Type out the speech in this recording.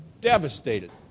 devastated